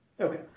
Okay